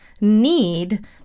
need